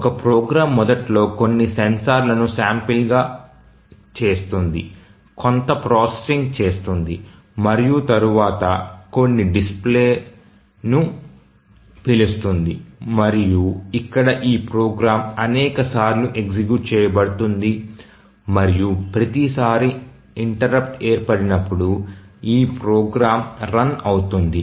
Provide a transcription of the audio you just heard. ఒక ప్రోగ్రామ్ మొదట్లో కొన్ని సెన్సార్లను శాంపిల్ చేస్తుంది కొంత ప్రాసెసింగ్ చేస్తుంది మరియు తరువాత కొన్ని డిస్ప్లేను పిలుస్తుంది మరియు ఇక్కడ ఈ ప్రోగ్రామ్ అనేక సార్లు ఎగ్జిక్యూట్ చేయబడుతుంది మరియు ప్రతిసారీ ఇంటెర్రుప్ట్ ఏర్పడినప్పుడు ఈ ప్రోగ్రామ్ రన్ అవుతుంది